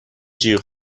جیغ